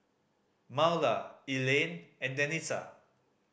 Marla Elaine and Danica